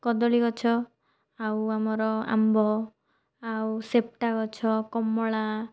କଦଳୀ ଗଛ ଆଉ ଆମର ଆମ୍ବ ଆଉ ସେପଟା ଗଛ କମଳା